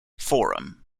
forum